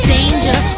Danger